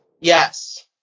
Yes